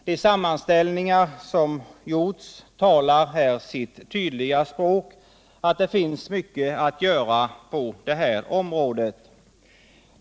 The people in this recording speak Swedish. De sammanställningar som gjorts talar sitt tydliga språk — att det finns mycket att göra på det här området.